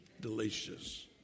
delicious